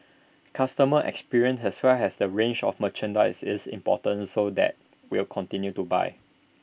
customer experience as well as the range of merchandise is important so that will continue to buy